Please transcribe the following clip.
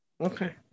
Okay